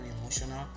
emotional